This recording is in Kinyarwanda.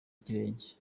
ikirenge